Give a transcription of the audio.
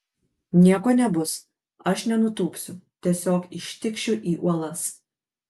nieko nebus aš nenutūpsiu tiesiog ištikšiu į uolas